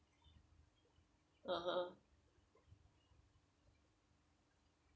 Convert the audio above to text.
(uh huh)